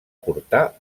portar